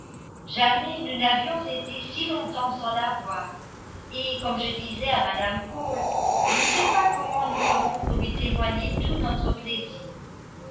jamais nous n'avions été si longtemps sans la voir et comme je disais à mme cole je ne sais pas comment nous ferons pour lui témoigner tout notre plaisir